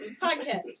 podcast